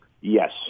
Yes